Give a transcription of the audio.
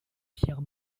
pierre